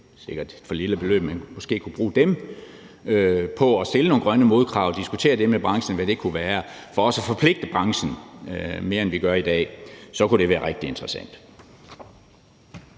sikkert et for lille beløb – på at stille nogle grønne modkrav, diskutere med branchen, hvad det kunne være, for også at forpligte branchen mere, end vi gør i dag, kunne det være rigtig interessant.